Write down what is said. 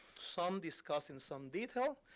some discussed in some detail,